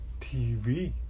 TV